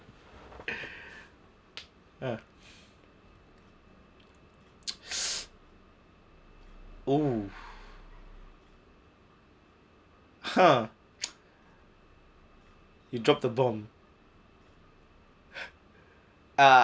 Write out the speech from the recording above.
!huh! oh !huh! you drop the bomb uh